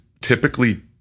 typically